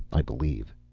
i believe.